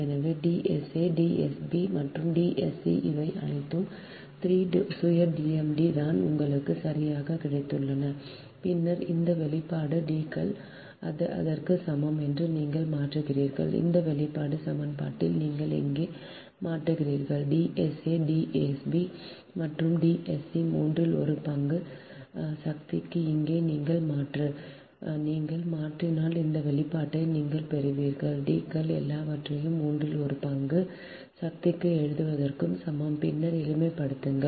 எனவே D sa D sb மற்றும் D sc இவை அனைத்தும் 3 சுய GMD தான் உங்களுக்கு சரியாக கிடைத்துள்ளன பின்னர் அந்த வெளிப்பாடு D கள் அதற்கு சமம் என்று நீங்கள் மாற்றுகிறீர்கள் இந்த வெளிப்பாடு சமன்பாட்டில் நீங்கள் இங்கே மாற்றுகிறீர்கள் D sa D sb மற்றும் D sc மூன்றில் ஒரு பங்கு சக்திக்கு இங்கே நீங்கள் மாற்று நீங்கள் மாற்றினால் இந்த வெளிப்பாட்டை நீங்கள் பெறுவீர்கள் D கள் எல்லாவற்றையும் மூன்றில் ஒரு பங்கு சக்திக்கு எழுதுவதற்கு சமம் பின்னர் எளிமைப்படுத்துங்கள்